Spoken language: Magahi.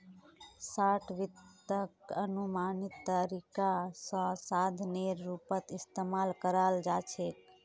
शार्ट वित्तक अनुमानित तरीका स साधनेर रूपत इस्तमाल कराल जा छेक